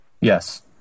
Yes